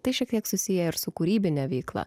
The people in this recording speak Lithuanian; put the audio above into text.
tai šiek tiek susiję ir su kūrybine veikla